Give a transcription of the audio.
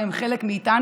והם חלק מאיתנו.